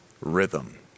rhythm